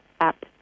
app